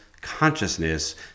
consciousness